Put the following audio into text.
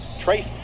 Trace